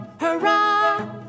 hurrah